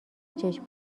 چشم